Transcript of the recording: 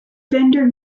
vendor